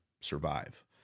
survive